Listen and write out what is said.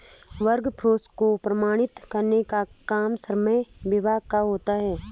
workforce को प्रमाणित करने का काम श्रम विभाग का होता है